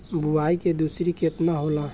बुआई के दूरी केतना होला?